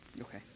Okay